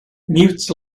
mutes